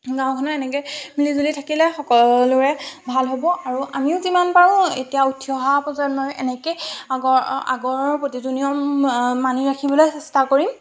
গাওঁখনৰ এনেকৈ মিলিজুলি থাকিলে সকলোৰে ভাল হ'ব আৰু আমিও যিমান পাৰোঁ এতিয়া উঠি অহা প্ৰজন্মই এনেকৈ আগৰ আগৰ প্ৰতিটো নিয়ম মানি ৰাখিবলৈ চেষ্টা কৰিম